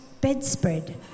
bedspread